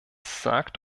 sagt